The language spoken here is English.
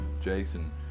Jason